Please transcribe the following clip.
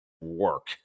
work